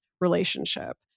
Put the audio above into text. relationship